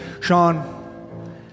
Sean